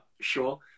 sure